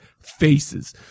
faces